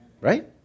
Right